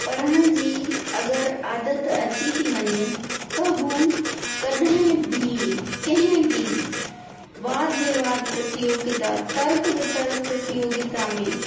पढ़ण जी अगरि आदत अची थी वञे त हू कॾहिं बि कंहिं बि वाद विवाद प्रतियोगिता तर्क वितर्क प्रतियोगिता में